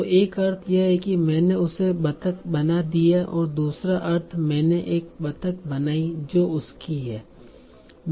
तो एक अर्थ यह है कि मैंने उसे बतख बना दिया है और दूसरा अर्थ मैंने एक बतख बनाई जो उसकी है